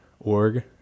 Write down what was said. org